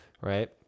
right